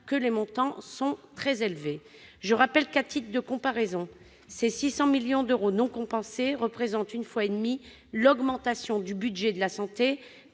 que les montants en cause sont très élevés. Je rappelle, à titre de comparaison, que ces 600 millions d'euros non compensés représentent une fois et demie l'augmentation du budget de la santé